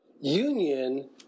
Union